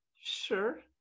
sure